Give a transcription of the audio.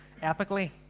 epically